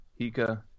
Hika –